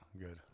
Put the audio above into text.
good